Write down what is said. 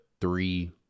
three